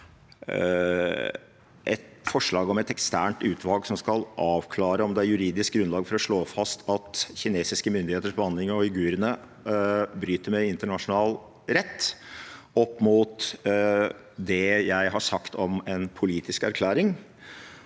et forslag om et eksternt utvalg som skal avklare om det er juridisk grunnlag for å slå fast at kinesiske myndigheters behandling av uigurene bryter med internasjonal rett, opp mot det jeg har sagt om en politisk erklæring,